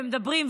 ומדברים,